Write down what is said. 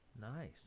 Nice